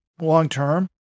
long-term